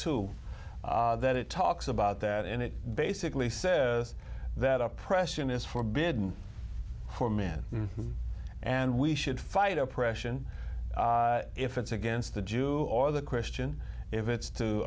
two that it talks about that and it basically says that oppression is forbidden for men and we should fight oppression if it's against the jew or the christian if it's to